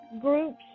groups